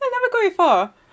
I never go before